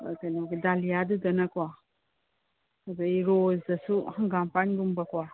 ꯀꯩꯅꯣꯗꯣ ꯗꯥꯂꯤꯌꯥꯗꯨꯗꯅꯀꯣ ꯑꯗꯒꯤ ꯔꯣꯁꯇꯁꯨ ꯍꯪꯒꯥꯝꯄꯟꯒꯨꯝꯕꯀꯣ